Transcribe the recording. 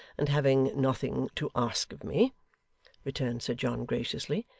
and having nothing to ask of me returned sir john, graciously,